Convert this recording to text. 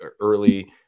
early